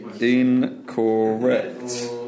incorrect